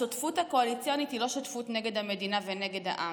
השותפות הקואליציונית היא לא שותפות נגד המדינה ונגד העם,